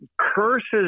curses